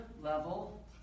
level